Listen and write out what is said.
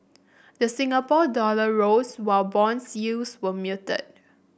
the Singapore dollar rose while bond yields were muted